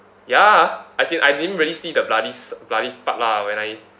ya as in I didn't really see the bloodies bloody part lah when I